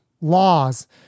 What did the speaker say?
laws